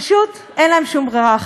פשוט אין להם שום ברירה אחרת.